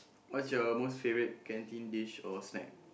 what's your most favourite canteen dish or snack